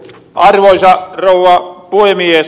arvoisa rouva puhemies